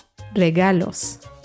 ¡Regalos